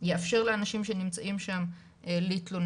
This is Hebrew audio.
יאפשר לאנשים שנמצאים שם להתלונן.